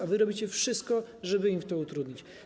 A wy robicie wszystko, żeby im to utrudnić.